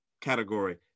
category